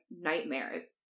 nightmares